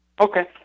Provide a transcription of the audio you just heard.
okay